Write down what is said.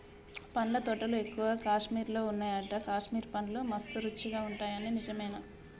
పండ్ల తోటలు ఎక్కువగా కాశ్మీర్ లో వున్నాయట, కాశ్మీర్ పండ్లు మస్త్ రుచి ఉంటాయట నిజమేనా